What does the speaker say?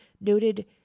noted